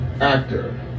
actor